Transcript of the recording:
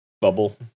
bubble